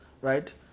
right